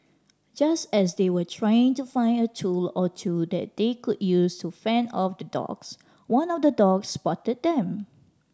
just as they were trying to find a tool or two that they could use to fend off the dogs one of the dogs spotted them